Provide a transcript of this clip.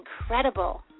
incredible